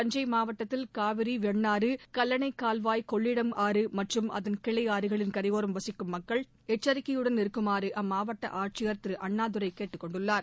தஞ்சை மாவட்டத்தில் காவிரி வெண்ணாறு கல்லணைக்கால்வாய் கொள்ளிடம் ஆறு மற்றும் அதன் கிளை ஆறுகளின் கரையோரம் வசிக்கும் மக்கள் எச்சரிக்கையுடன் இருக்குமாறு அம்மாவட்ட ஆட்சியர் திரு அண்ணாதுரை கேட்டுக் கொண்டுள்ளார்